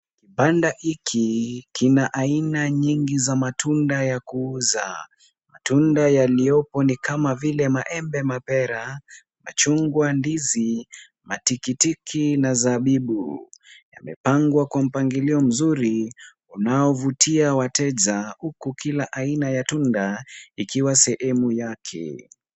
Panda iki, kina aina nyingi za matunda ya kuuza, tunda yaliyopo ni kama vile maembe, mapera, machungwa, ndizi, matikitiki na zabibu, imepangwa kwa mpangilio mzuri, mnaovutia wateja, huku kila aina ya tunda ikiwa sehemu yake.